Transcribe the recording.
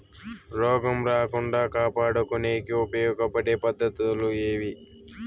రోగం రాకుండా కాపాడుకునేకి ఉపయోగపడే పద్ధతులు ఏవి?